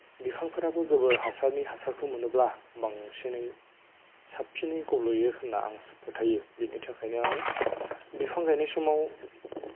बिफांफोराबो गोबोर हासारनि हासारखौ मोनोब्ला बांसिनै साबसिनै गल'यो होनना आं फोथायो बेनि थाखायनो आङो बिफां गायनाय समाव